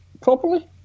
properly